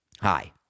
Hi